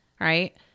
right